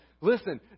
listen